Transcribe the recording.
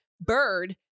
bird